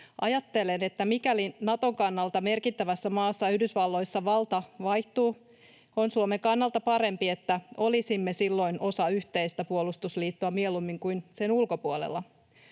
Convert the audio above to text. Ajattelen, että mikäli Naton kannalta merkittävässä maassa, Yhdysvalloissa, valta vaihtuu, on Suomen kannalta parempi, että olisimme silloin osa yhteistä puolustusliittoa mieluummin kuin sen ulkopuolella.